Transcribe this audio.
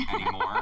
anymore